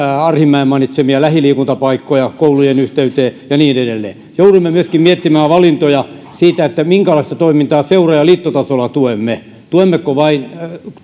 arhinmäen mainitsemia lähiliikuntapaikkoja koulujen yhteyteen ja niin edelleen joudumme myöskin miettimään valintoja siitä minkälaista toimintaa seura ja liittotasolla tuemme tuemmeko vain